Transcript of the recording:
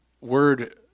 word